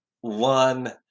one